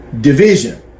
division